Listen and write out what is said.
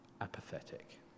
apathetic